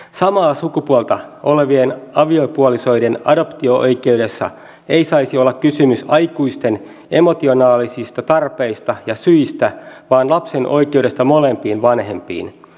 samaa sukupuolta olevien aviopuolisoiden adoptio oikeudessa ei saisi olla kysymys aikuisten emotionaalisista tarpeista ja syistä vaan lapsen oikeudesta molempiin vanhempiin